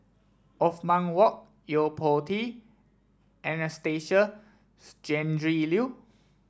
Othman Wok Yo Po Tee and Anastasia Tjendri Liew